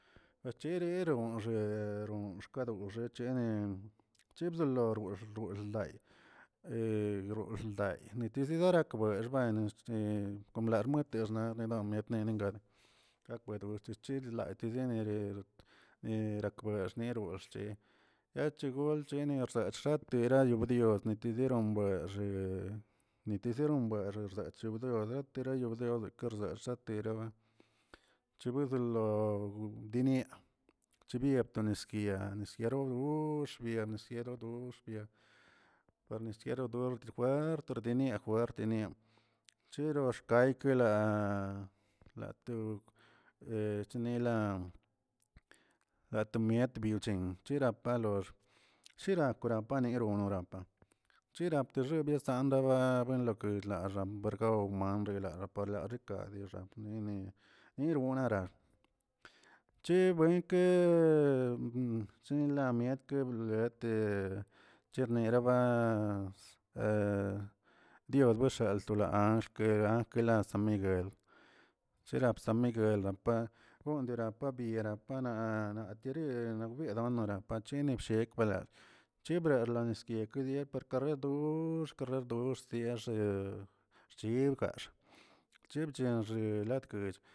Achirironxgue xon xkadoxe cheꞌ chebzoloxdox guxldayi he groxlday dizerarakbuexba larnuete xnaxa mietne nenga gakwedo chichil atidienere nerabkwex niero xche chegol chene xshatera rubio nitederon bue niteseron buex bzaache deudo derayauderok xashiteraba chibedolo diniaꞌ chibi to nisguia nisguiaroro goxbien sia to xbia para nisiaro ndox puerto dedadinia ardinia chero xkaykila latog chninilan lato miet to bchen grapa lox sherapa gola gonex gonorampa chirapte xibyenz andaba buelokel axambergawmna rlara parlrikaa xapnini niron naran che buenke chiniliake kate cherneraba diosbexsaltona anxke anxkela san miguel cherap san miguel gondarapa biye panana tirie napdonogo pacheni bshekbanalsh chibra nalesky kedye parkalaro gox kaldorsi axe xchibgaxꞌ chibchen xilꞌ kech.